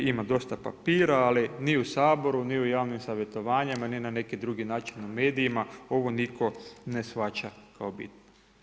Ima dosta papira, ali ni u Saboru, ni javnim savjetovanjem niti na neki drugi način u medijima ovo nitko ne shvaća kao bitno.